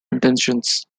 intentions